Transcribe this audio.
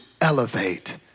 elevate